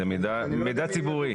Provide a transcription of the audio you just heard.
זה מידע ציבורי.